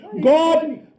God